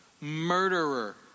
murderer